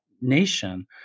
nation